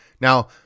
Now